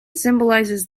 symbolises